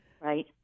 Right